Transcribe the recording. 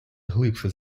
глибше